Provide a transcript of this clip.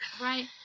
right